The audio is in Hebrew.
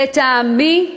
לטעמי,